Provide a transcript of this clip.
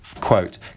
Quote